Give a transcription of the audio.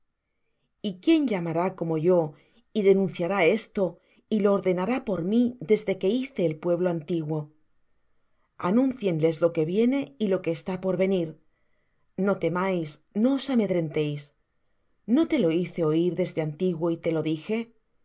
y quién llamará como yo y denunciará esto y lo ordenará por mí desde que hice el pueblo antiguo anúncienles lo que viene y lo que está por venir no temáis ni os amedrentéis no te lo hice oir desde antiguo y te lo dije